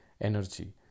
energy